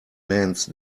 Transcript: mans